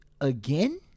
again